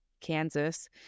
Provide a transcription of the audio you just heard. Kansas